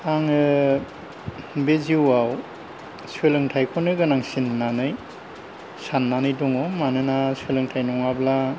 आङो बे जिउआव सोलोंथाइखौनो गोनांसिन होननानै साननानै दङ मानोना सोलोंथाइ नङाब्ला